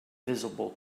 visible